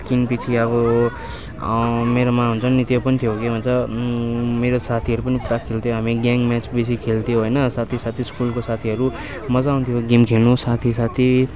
स्किनपिच्छे अब मेरोमा हुन्छ नि त्यो पनि थियो के भन्छ मेरो साथीहरूको पुरा खेल्थ्योँ हामी ग्याङ म्याच बेसी खेल्थ्यौँ होइन साथी साथी स्कुलको साथीहरू मजा आउँथ्यो गेम खेल्नु साथी साथी